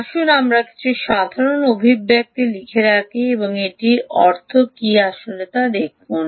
আসুন আমরা কিছু সাধারণ অভিব্যক্তি লিখে রাখি এবং এটির অর্থ কী তা আসলে দেখুন